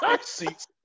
seats